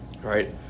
right